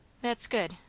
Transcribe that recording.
that's good,